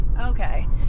Okay